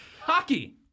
Hockey